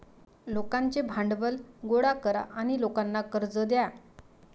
लोकांचे भांडवल गोळा करा आणि लोकांना कर्ज द्या